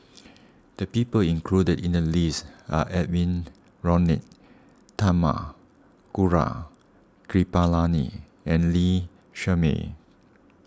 the people included in the list are Edwy Lyonet Talma Gaurav Kripalani and Lee Shermay